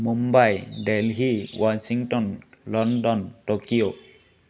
Mumbai Delhi Washington London Tokyo